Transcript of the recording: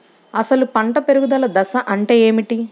అసలు పంట పెరుగుదల దశ అంటే ఏమిటి?